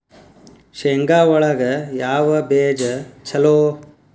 ಶೇಂಗಾ ಒಳಗ ಯಾವ ಬೇಜ ಛಲೋ?